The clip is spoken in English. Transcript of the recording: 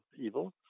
evil